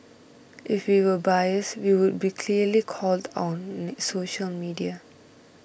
if we were biased we would be clearly called on social media